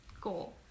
goal